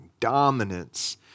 dominance